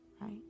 right